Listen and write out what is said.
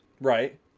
Right